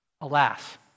Alas